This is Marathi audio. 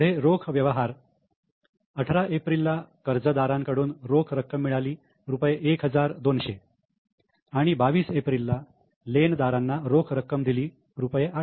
पुढे रोख व्यवहार 18 एप्रिलला कर्जदारांकडून रोख रक्कम मिळाली रुपये 1 हजार 200 आणि 22 एप्रिलला लेनदारांना रोख रक्कम दिली रुपये 800